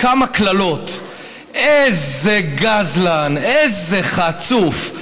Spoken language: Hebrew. כמה קללות: איזה גזלן, איזה חצוף.